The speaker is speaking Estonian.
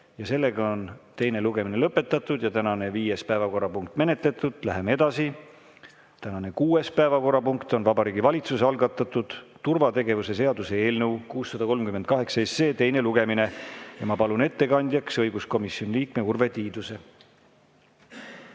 lõpetada. Teine lugemine on lõpetatud ja tänane viies päevakorrapunkt menetletud. Läheme edasi. Tänane kuues päevakorrapunkt on Vabariigi Valitsuse algatatud turvategevuse seaduse eelnõu 638 teine lugemine. Ma palun ettekandjaks õiguskomisjoni liikme Urve Tiiduse.